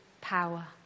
power